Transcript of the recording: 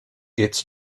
its